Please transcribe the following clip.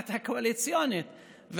במשמעת הקואליציונית,